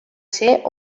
ser